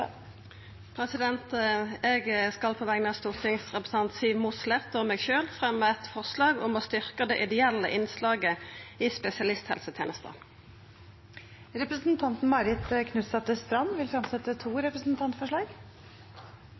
Eg skal på vegner av stortingsrepresentanten Siv Mossleth og meg sjølv fremja eit forslag om å styrkja det ideelle innslaget i spesialisthelsetenesta. Representanten Marit Knutsdatter Strand vil fremsette to representantforslag.